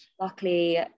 Luckily